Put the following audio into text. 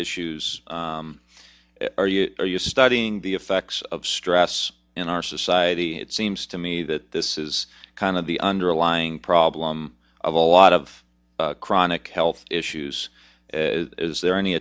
issues are you are you studying the effects of stress in our society it seems to me that this is kind of the underlying problem of a lot of chronic health issues is there any